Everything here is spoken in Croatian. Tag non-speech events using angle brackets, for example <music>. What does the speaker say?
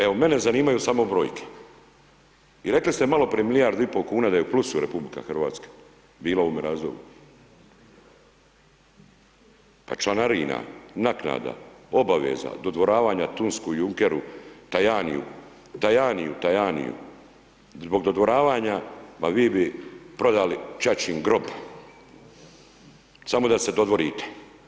Evo mene zanimaju samo brojke, i rekli ste maloprije milijardu i pol kuna da je u plusu Republika Hrvatska, bila u, ... <unintelligible> pa članarina, naknada, obaveza, dodvoravanja Tunsku i Junckeru, Tajaniju, Tajaniju, Tajaniju, zbog dodvoravanja ma vi bi prodali ćaćin grob, samo da se dodvorite.